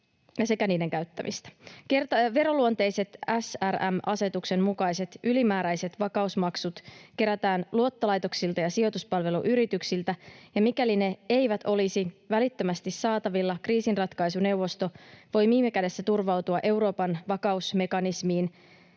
Veroluonteiset SRM-asetuksen mukaiset ylimääräiset vakausmaksut kerätään luottolaitoksilta ja sijoituspalveluyrityksiltä, ja mikäli ne eivät olisi välittömästi saatavilla, kriisinratkaisuneuvosto voi viime kädessä turvautua Euroopan vakausmekanismiin